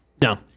no